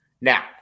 Now